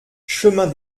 chemin